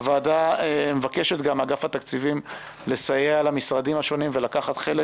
הוועדה מבקשת גם מאגף התקציבים לסייע למשרדים השונים ולקחת חלק